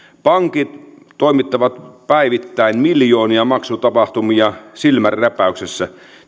pankit toimittavat päivittäin miljoonia maksutapahtumia silmänräpäyksessä